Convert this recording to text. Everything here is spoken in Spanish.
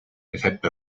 excepto